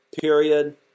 period